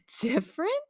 different